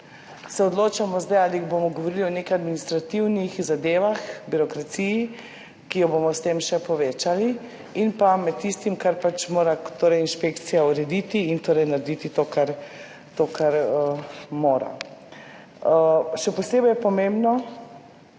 se odločamo, ali bomo govorili o nekaj administrativnih zadevah, birokraciji, ki jo bomo s tem še povečali, ali pa o tistem, kar pač mora inšpekcija urediti in narediti. Še posebej je pomembno,